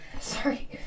Sorry